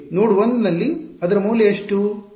ನೋಡ್ 1 ನಲ್ಲಿ ಅದರ ಮೌಲ್ಯ ಎಷ್ಟು